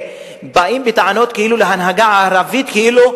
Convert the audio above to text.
באים בטענות להנהגה הערבית כאילו,